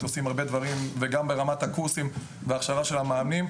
וגם ברמת הקורסים והכשרה של המאמנים.